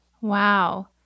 Wow